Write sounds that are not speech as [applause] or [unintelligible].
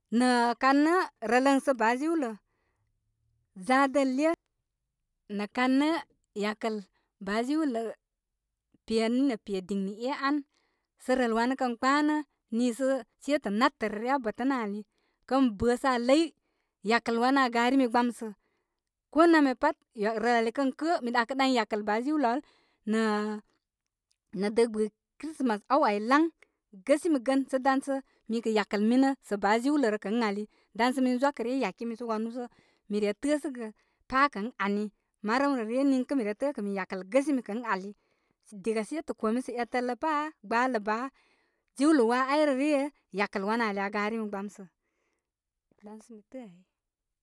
Nə'ə' kan nə' rələn sə baa jiwlə [unintelligible] a dəle nə kan nə' yakəl baajiwlə penini pe diŋne ɛ an, sə rəl wanə kə kpanə nil sə shetə nə re ryə aa bətənə' ani kən bəə sə aa ləy, yakəl wanə aa garimi gbamsə. ko namya pat rəl ali kən kəə' mi ɗakə ɗan yakəl baajiwlə al nə'ə'. nə'ə' dəə gbɨɨ krisimas aw ai laŋ gəsimi gən sə dan sə mi kə yakəl minə sə baa jiwlə rə kə' ən ali. Dan sə min zwakə ryə yakimi sə wanu sə mi re təə sə gə pa kə' ən ani. Marəmrrə ryə niŋkə mi re təə' kə min yakal gəsimi kə' ən ali. Diga shetə' kome sa etə lə pa, gbaalə baajiwlə waa al lə lēē, yakəl wanə' ali aa garimi gbamsə'. dan sə mi təə ai.